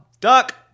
Duck